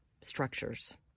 structures